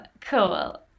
Cool